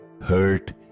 hurt